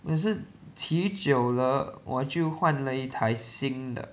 我也是骑久了我就换了一台新的